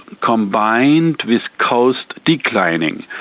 combined with cost declining,